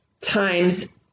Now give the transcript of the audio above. times